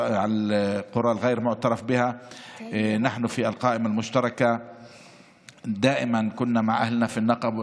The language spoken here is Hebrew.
תרגומם: אנחנו עימם במאבקם הצודק במדיניות הרס הבתים,